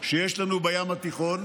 שיש לנו בים התיכון,